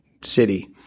city